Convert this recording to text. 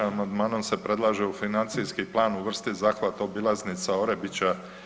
Amandmanom se predlaže u financijski plan uvrstiti zahvat obilaznice Orebića.